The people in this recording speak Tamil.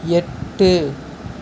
எட்டு